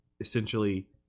essentially